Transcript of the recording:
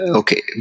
okay